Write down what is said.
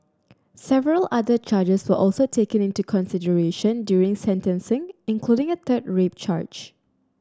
several other charges were also taken into consideration during sentencing including a third rape charge